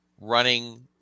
running